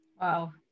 Wow